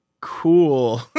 Cool